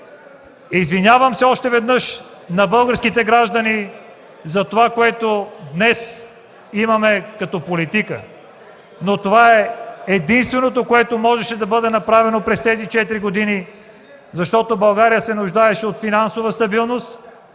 Извинявам се още веднъж на българските граждани за това, което днес имаме като политика, но то е единственото, което можеше да бъде направено през тези четири години, защото България се нуждаеше от финансова стабилност,